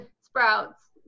Sprouts